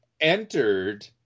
entered